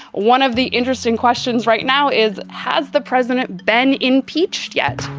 one of the interesting questions right now is has the president been impeached yet?